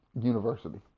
University